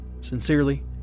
Sincerely